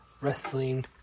wrestling